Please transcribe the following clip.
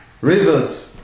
Rivers